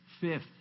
Fifth